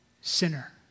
sinner